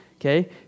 okay